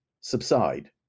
subside